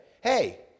Hey